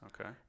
Okay